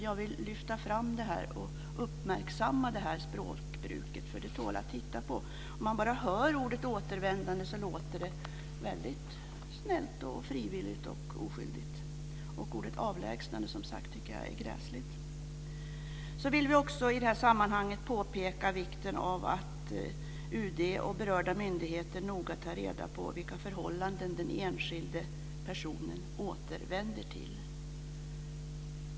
Jag vill lyfta fram och uppmärksamma detta språkbruk, för det tål att tittas på. Ordet "återvändande" låter som något väldigt snällt, frivilligt och oskyldigt. Ordet "avlägsnande" tycker jag som sagt är gräsligt. Vi vill i det här sammanhanget också påpeka vikten av att UD och berörda myndigheter noga tar reda på vilka förhållanden den enskilda personen återvänder till.